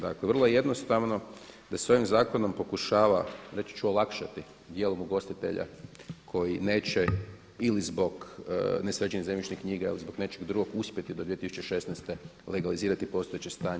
Dakle, vrlo je jednostavno da se ovim zakonom pokušava reći ću olakšati dijelom ugostitelja koji neće ili zbog nesređenih zemljišnih knjiga ili zbog nečeg drugog uspjeti do 2016. godine legalizirati postojeće stanje.